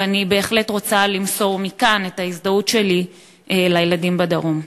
ואני בהחלט רוצה למסור מכאן את ההזדהות שלי לילדים בדרום.